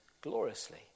gloriously